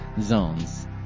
zones